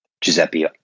Giuseppe